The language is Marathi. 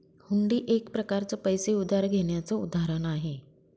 हुंडी एक प्रकारच पैसे उधार घेण्याचं उदाहरण आहे